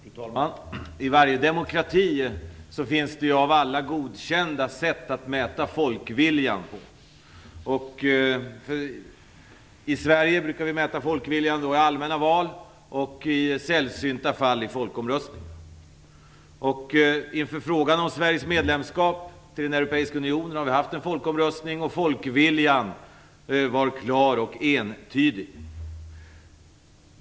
Fru talman! I varje demokrati finns det av alla godkända sätt att mäta folkviljan. I Sverige brukar vi mäta folkviljan i allmänna val och i sällsynta fall i folkomröstningar. Inför frågan om Sveriges medlemskap i den europeiska unionen har vi haft en folkomröstning, och folkviljan var klar och entydig.